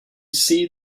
see